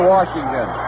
Washington